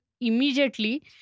immediately